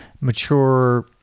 mature